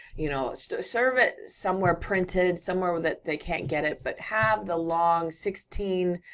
you know so serve it somewhere printed, somewhere that they can't get it, but have the long, sixteen,